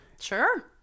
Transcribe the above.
sure